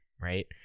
right